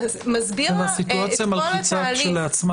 מסביר לה את התהליך,